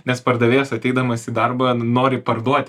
nes pardavėjas ateidamas į darbą nori parduoti